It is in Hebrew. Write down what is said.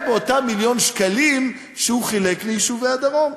באותם מיליון שקלים שהוא חילק ליישובי הדרום.